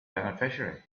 beneficiary